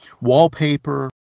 wallpaper